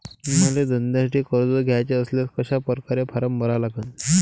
मले धंद्यासाठी कर्ज घ्याचे असल्यास कशा परकारे फारम भरा लागन?